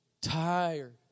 tired